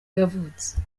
yavutse